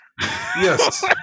Yes